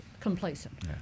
complacent